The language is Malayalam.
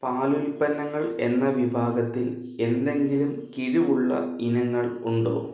പാലുൽപ്പന്നങ്ങൾ എന്ന വിഭാഗത്തിൽ എന്തെങ്കിലും കിഴിവുള്ള ഇനങ്ങൾ ഉണ്ടോ